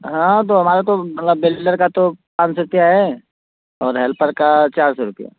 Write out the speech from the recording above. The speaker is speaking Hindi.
हाँ तो हमारा तो थोड़ा बिल्डर का तो पाँच सौ रुपये है और हेल्पर का चार सौ रुपये